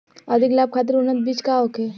अधिक लाभ खातिर उन्नत बीज का होखे?